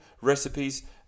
recipes